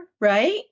right